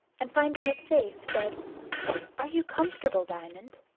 and finding it safe, said are you comfortable, diamond?